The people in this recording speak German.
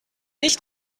nicht